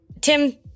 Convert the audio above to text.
Tim